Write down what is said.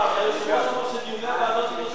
היושב-ראש אמר שדיוני הוועדות יימשכו